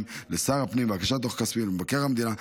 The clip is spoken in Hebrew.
לשר הפנים והגשת דוח כספי למבקר המדינה.